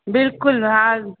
बिल्कुलु हा